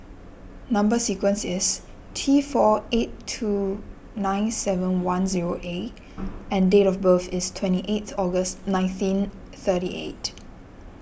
Number Sequence is T four eight two nine seven one zero A and date of birth is twenty eight August nineteen thirty eight